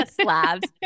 slabs